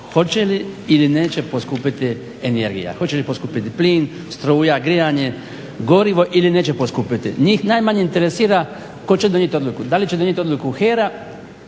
hoće li ili neće poskupjeti energija, hoće li poskupiti plin, struja, grijanje, gorivo ili neće poskupiti. Njih najmanje interesira tko će donijeti odluku, da li će donijeti odluku HERA